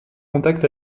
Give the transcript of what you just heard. contact